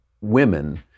women